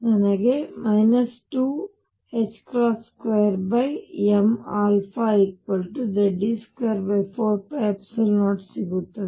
ನನಗೆ 22mαZe24π0 ಸಿಗುತ್ತದೆ